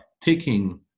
taking